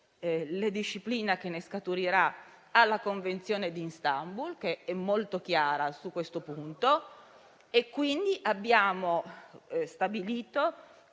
la disciplina che ne scaturirà alla Convenzione di Istanbul, che è molto chiara su questo punto. Abbiamo infatti stabilito,